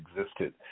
existed